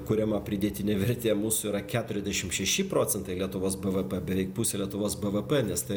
kuriama pridėtinė vertė mūsų yra keturiasdešimt šeši procentai lietuvos bvp beveik pusė lietuvos bvp nes tai